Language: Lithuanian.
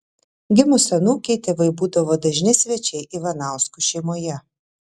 gimus anūkei tėvai būdavo dažni svečiai ivanauskų šeimoje